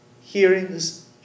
hearings